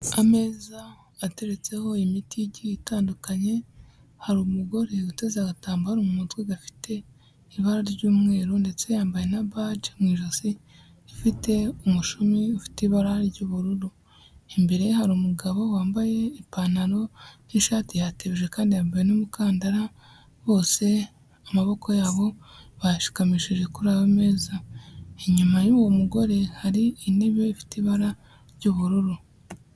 Ameza ateretseho imiti igiye itandukanye, hari umugore uteze agatambaro mu mutwe gafite ibara ry'umweru, ndetse yambaye na baje mu ijosi, ifite umushumi ufite ibara ry'ubururu, imbere ye hari umugabo wambaye ipantaro n'ishati yatebeje kandi yambaye n'umukandara, bose amaboko yabo bayashikamishije kuri ayo ameza, inyuma y'uwo mugore hari intebe ifite ibara ry'ubururu.